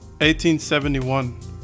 1871